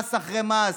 מס אחרי מס.